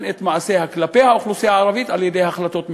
את מעשיה כלפי האוכלוסייה הערבית על-ידי החלטות ממשלה.